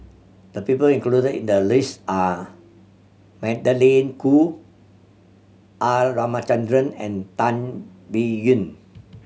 the people included in the list are Magdalene Khoo R Ramachandran and Tan Biyun